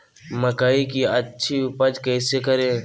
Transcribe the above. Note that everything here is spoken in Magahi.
मकई की अच्छी उपज कैसे करे?